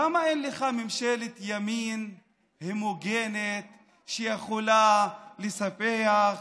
למה אין לך ממשלת ימין הומוגנית שיכולה לספח,